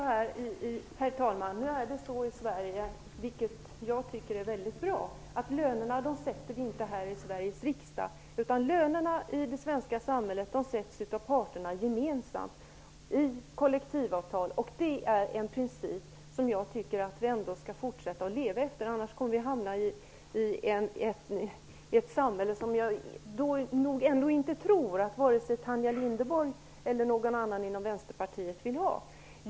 Herr talman! Nu är det så i Sverige, vilket jag tycker är väldigt bra, att lönerna inte sätts i Sveriges riksdag. Lönerna i det svenska samhället sätts av parterna gemensamt i kollektivavtal. Det är en princip som jag tycker att vi ändå skall fortsätta att leva efter. Annars kommer vi att få ett samhälle som jag inte tror att vare sig Tanja Linderborg eller någon annan inom Vänsterpartiet vill ha.